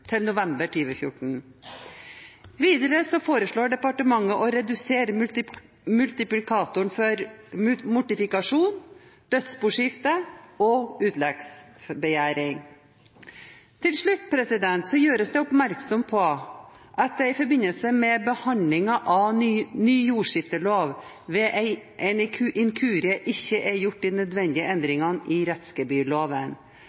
til november 2014. Videre foreslår departementet å redusere multiplikatoren for mortifikasjon, dødsboskifte og utleggsbegjæring. Til slutt gjøres det oppmerksom på at det i forbindelse med behandlingen av ny jordskiftelov ved en inkurie ikke er gjort de nødvendige endringene i rettsgebyrloven.